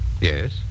Yes